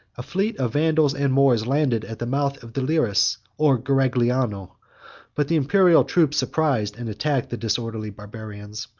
a fleet of vandals and moors landed at the mouth of the liris, or garigliano but the imperial troops surprised and attacked the disorderly barbarians,